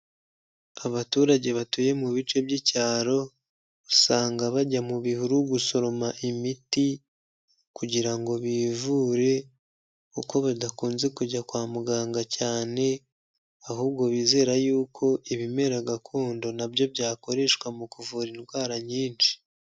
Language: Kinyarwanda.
Abaturage batuye mu bice by'icyaro, usanga bajya mu bihuru gusoroma imiti kugira ngo bivure kuko badakunze kujya kwa muganga cyane, ahubwo bizera yuko ibimera gakondo na byo byakoreshwa mu kuvura indwara nyinshi.